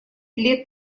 лет